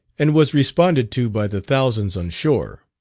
and was responded to by the thousands on shore.